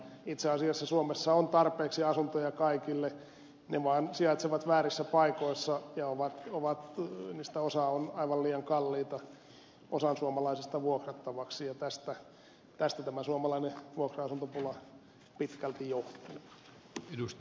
itse asiassa suomessa on tarpeeksi asuntoja kaikille ne vaan sijaitsevat väärissä paikoissa ja niistä osa on aivan liian kalliita osan suomalaisista vuokrattavaksi ja tästä tämä suomalainen vuokra asuntopula pitkälti johtuu